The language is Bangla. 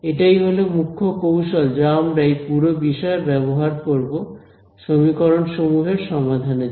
এটাই হলো মুখ্য কৌশল যা আমরা এই পুরো বিষয়ে ব্যবহার করব সমীকরণ সমূহের সমাধানের জন্য